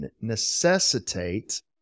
necessitate